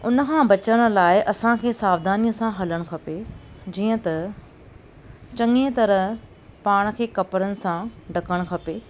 उनखां बचण लाइ असांखे सावधानीअ सां हलणु खपे जीअं त चङीअ तरहि पाण खे कपिड़नि सां ढकणु खपे